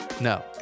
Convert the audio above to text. No